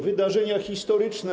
Wydarzenia historyczne.